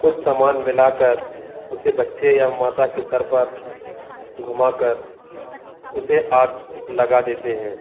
कुछ समान मिला कर उसे बच्चे या माता के सर पर घुमा कर उसे आग लगा देते हैं